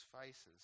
faces